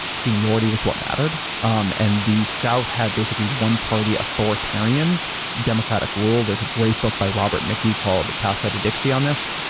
seniority was what mattered. um and the south had basically one party authoritarian democratic rule, there's a great book by robert mickey called, paths out of dixie, on this.